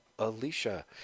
Alicia